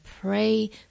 pray